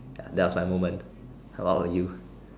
ya that was my moment and what about you